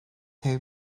have